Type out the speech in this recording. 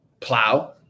plow